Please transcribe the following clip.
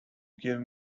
give